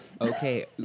Okay